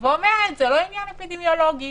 ואומרת שזה לא עניין אפידמיולוגי